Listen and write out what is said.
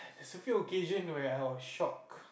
there was a few occasions when I was shocked